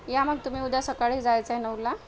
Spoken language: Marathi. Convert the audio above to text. या मग तुम्ही उद्या सकाळी जायचं आहे नऊला